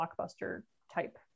blockbuster-type